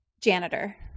Janitor